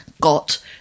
got